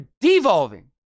devolving